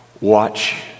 watch